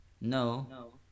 no